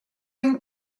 ein